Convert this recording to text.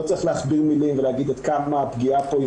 לא צריך להכביר מילים ולהגיד עד כמה הפגיעה פה היא